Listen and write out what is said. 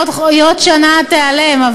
היא עוד שנה תיעלם.